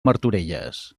martorelles